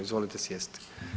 Izvolite sjesti.